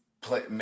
play